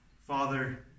Father